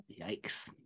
Yikes